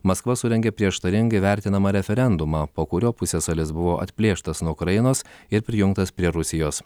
maskva surengė prieštaringai vertinamą referendumą po kurio pusiasalis buvo atplėštas nuo ukrainos ir prijungtas prie rusijos